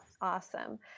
Awesome